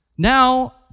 Now